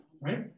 right